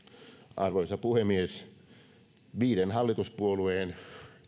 arvoisa puhemies viiden hallituspuolueen